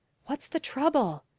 what's the trouble?